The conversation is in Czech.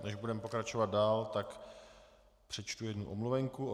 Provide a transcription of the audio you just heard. Než budeme pokračovat dál, přečtu jednu omluvenku.